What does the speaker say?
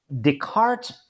Descartes